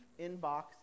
inbox